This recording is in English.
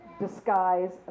disguise